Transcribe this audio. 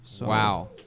Wow